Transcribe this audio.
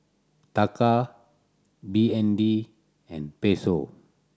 Taka B N D and Peso